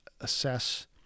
assess